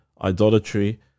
idolatry